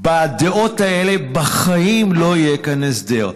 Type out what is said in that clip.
בדעות האלה, בחיים לא יהיה כאן הסדר.